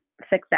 success